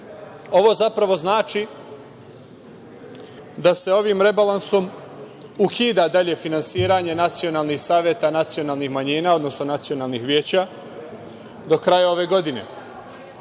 zapravo znači da se ovim rebalansom ukida dalje finansiranje nacionalnih saveta nacionalnih manjina odnosno nacionalnih veća do kraja ove godine.